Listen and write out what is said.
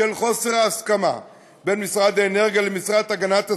בשל חוסר ההסכמה בין משרד האנרגיה למשרד להגנת הסביבה,